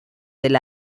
del